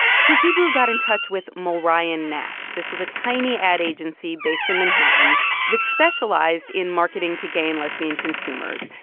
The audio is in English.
so subaru got in touch with mulryan nash. this was a tiny ad agency based in manhattan that specialized in marketing to gay and lesbian consumers.